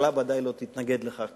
הממשלה בוודאי לא תתנגד לכך.